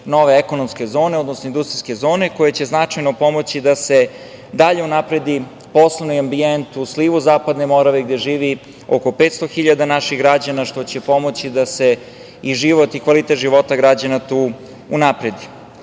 nove ekonomske zone, odnosno industrijske zone koje će značajno pomoći da se dalje unapredi poslovni ambijent u slivu Zapadne Morave gde živi oko 500 hiljada naših građana, što će pomoći da se život i kvalitet života unapredi. Kada